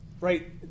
right